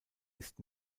ist